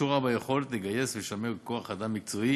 קשורה ביכולת לגייס ולשמר כוח-אדם מקצועי